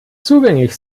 zugänglich